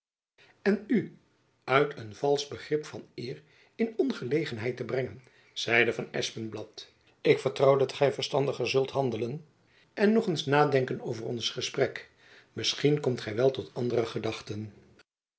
en u uit een valsch begrip van eer in ongelegenheid te brengen zeide van espenblad ik vertrouw dat gy verstandiger zult handelen en nog eens nadenken over ons gesprek misschien komt gy wel tot andere gedachten